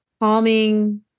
calming